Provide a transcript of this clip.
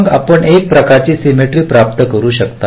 मग आपण एक प्रकारची सिमेट्री प्राप्त करू शकता